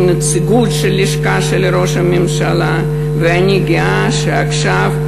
עם נציגות לשכת ראש הממשלה, ואני גאה שעכשיו,